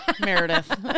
Meredith